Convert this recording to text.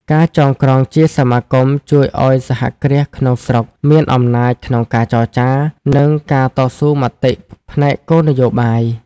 ការចងក្រងជាសមាគមជួយឱ្យសហគ្រាសក្នុងស្រុកមានអំណាចក្នុងការចរចា និងការតស៊ូមតិផ្នែកគោលនយោបាយ។